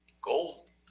Gold